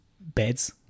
beds